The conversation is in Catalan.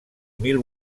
mil